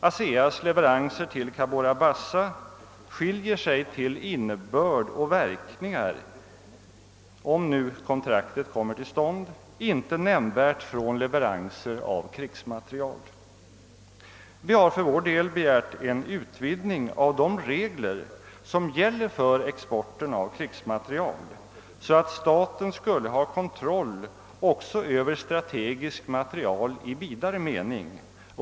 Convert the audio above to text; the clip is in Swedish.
ASEA: s leveranser till Cabora Bassa skiljer sig till innebörd och verkningar — om nu kontraktet kommer till stånd — icke nämnvärt från leveranser av krigsmateriel. Vi har för vår del begärt en utvidgning av de regler som gäller för export av krigsmateriel, så att staten skulle ha kontroll också över strategisk materiel i vidare mening.